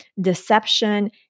deception